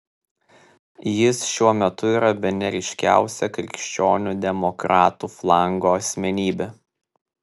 jis šiuo metu yra bene ryškiausia krikščionių demokratų flango asmenybė